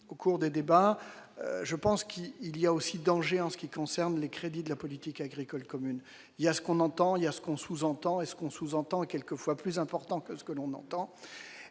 au cours des débats, je pense qu'il il y a aussi danger en ce qui concerne les crédits de la politique agricole commune, il y a ce qu'on entend, il y a ce qu'on sous-entend est-ce qu'on sous-entend quelquefois fois plus important que ce que l'on entend